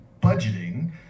budgeting